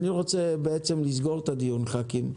אני רוצה לסגור את הדיון, חברי הכנסת,